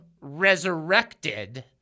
resurrected